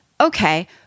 okay